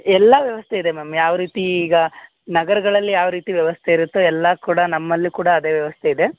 ಎಲ್ಲ ವ್ಯವಸ್ಥೆ ಇದೆ ಮ್ಯಾಮ್ ಯಾವ ರೀತಿ ಈಗ ನಗರಗಳಲ್ಲಿ ಯಾವ ರೀತಿ ವ್ಯವಸ್ಥೆ ಇರುತ್ತೆ ಎಲ್ಲಾ ಕೂಡ ನಮ್ಮಲ್ಲಿ ಕೂಡ ಅದೇ ವ್ಯವಸ್ಥೆ ಇದೆ